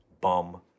bum